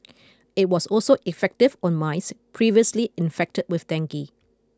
it was also effective on mice previously infected with dengue